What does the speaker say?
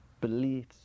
beliefs